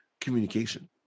communication